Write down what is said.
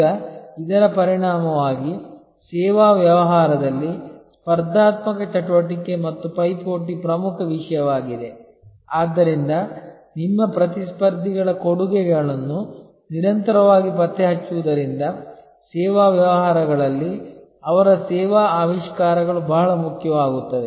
ಈಗ ಇದರ ಪರಿಣಾಮವಾಗಿ ಸೇವಾ ವ್ಯವಹಾರದಲ್ಲಿ ಸ್ಪರ್ಧಾತ್ಮಕ ಚಟುವಟಿಕೆ ಮತ್ತು ಪೈಪೋಟಿ ಪ್ರಮುಖ ವಿಷಯವಾಗಿದೆ ಆದ್ದರಿಂದ ನಿಮ್ಮ ಪ್ರತಿಸ್ಪರ್ಧಿಗಳ ಕೊಡುಗೆಗಳನ್ನು ನಿರಂತರವಾಗಿ ಪತ್ತೆಹಚ್ಚುವುದರಿಂದ ಸೇವಾ ವ್ಯವಹಾರಗಳಲ್ಲಿ ಅವರ ಸೇವಾ ಆವಿಷ್ಕಾರಗಳು ಬಹಳ ಮುಖ್ಯವಾಗುತ್ತವೆ